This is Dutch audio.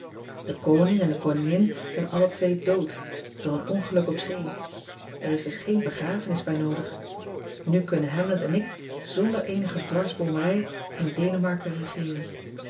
e oning en de oningin zijn alle twee dood door een ongeluk op zee r is dus geen begrafenis bij noodig u kunnen amlet en ik zonder eenige dwarsboomerij in enemarken regeeren